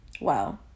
Wow